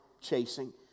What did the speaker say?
chasing